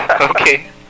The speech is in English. Okay